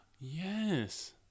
Yes